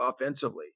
offensively